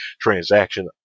transaction